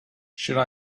should